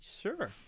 sure